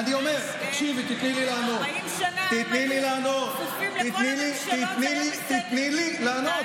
40 שנה הם היו כפופים, תקשיבי, תני לי לענות.